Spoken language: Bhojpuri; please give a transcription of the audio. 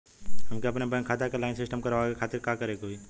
हमके अपने बैंक खाता के ऑनलाइन सिस्टम करवावे के खातिर का करे के होई?